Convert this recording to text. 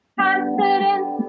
confidence